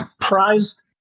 prized